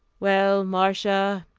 well, marcia,